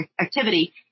activity